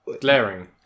Glaring